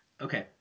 Okay